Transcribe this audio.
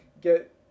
get